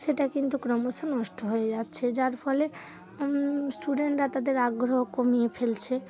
সেটা কিন্তু ক্রমশ নষ্ট হয়ে যাচ্ছে যার ফলে স্টুডেন্টরা তাদের আগ্রহ কমিয়ে ফেলছে